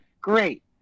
Great